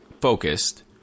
focused